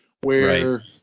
where-